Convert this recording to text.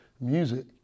music